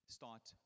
start